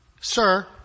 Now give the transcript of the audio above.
Sir